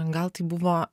gal tai buvo